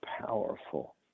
powerful